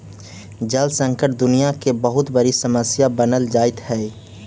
जल संकट दुनियां के बहुत बड़ी समस्या बनल जाइत हई